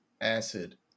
acid